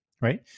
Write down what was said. right